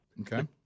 Okay